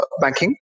banking